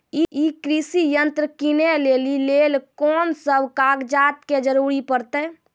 ई कृषि यंत्र किनै लेली लेल कून सब कागजात के जरूरी परतै?